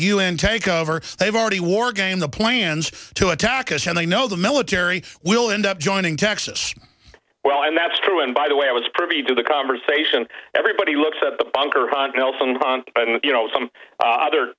n takeover they've already wargame the plans to attack us and they know the military will end up joining texas well and that's true and by the way i was privy to the conversation everybody looks at the bunker hill from don and you know some other